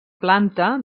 planta